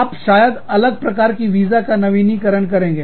आप शायद अलग प्रकार की वीजा का नवीनीकरण करेंगे